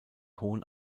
hohen